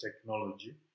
technology